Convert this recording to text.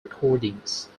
recordings